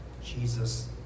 Jesus